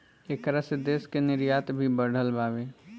ऐकरा से देश के निर्यात भी बढ़ल बावे